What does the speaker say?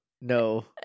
no